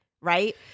Right